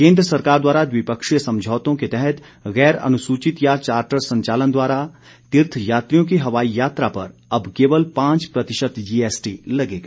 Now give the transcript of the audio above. केंद्र सरकार द्वारा द्विपक्षीय समझौतों के तहत गैर अनुसूचित या चार्टर संचालन द्वारा तीर्थयात्रियों की हवाई यात्रा पर अब केवल पांच प्रतिशत जीएसटी लगेगा